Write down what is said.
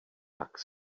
tak